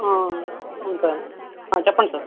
ఆ అవును సార్ ఆ చెప్పండి సార్